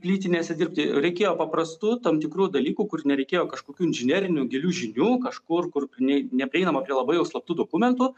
plytinėse dirbti reikėjo paprastų tam tikrų dalykų kur nereikėjo kažkokių inžinerinių gilių žinių kažkur kur nei neprieinama prie labai jau slaptų dokumentų